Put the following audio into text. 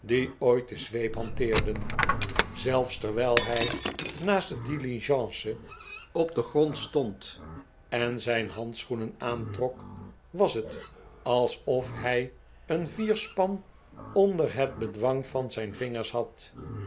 ooit de zweep hanteerden zelfs terwijl hij naast de diligence op den grond stond en zijn handschoenen aantrok was het alsof hij een vierspan onder het bedwang van zijn vingers had